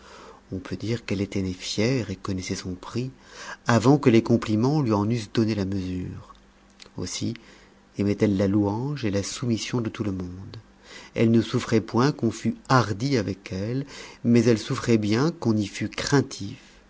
on peut dire qu'elle était née fière et connaissait son prix avant que les compliments lui en eussent donné la mesure aussi aimait-elle la louange et la soumission de tout le monde elle ne souffrait point qu'on fût hardi avec elle mais elle souffrait bien qu'on y fût craintif